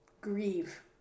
grieve